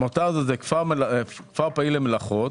העמותה הזאת היא כפר פעיל למלאכות.